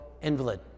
invalid